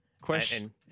Question